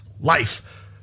life